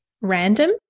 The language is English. random